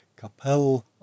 Capel